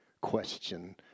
question